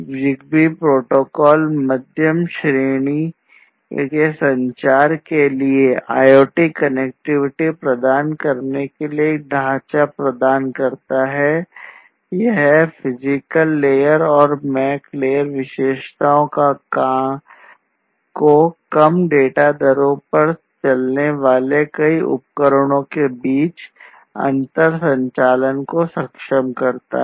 ZigBee protocol मध्यम श्रेणी को सक्षम करता है